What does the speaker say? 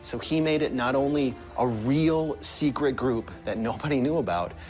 so he made it not only a real secret group that nobody knew about,